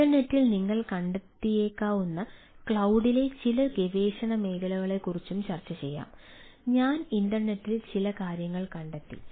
ഇൻറർനെറ്റിൽ നിങ്ങൾ കണ്ടെത്തിയേക്കാവുന്ന ക്ലൌഡിലെ ചില ഗവേഷണ മേഖലകളെക്കുറിച്ച് ചർച്ചചെയ്യാം ഞാൻ ഇൻറർനെറ്റിൽ ചില കാര്യങ്ങൾ കണ്ടെത്തി